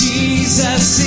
Jesus